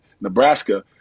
Nebraska